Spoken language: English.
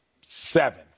seven